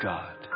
God